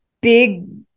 big